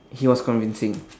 he was convincing